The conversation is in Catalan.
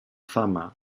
fama